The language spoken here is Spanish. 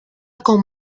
con